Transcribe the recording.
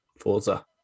Forza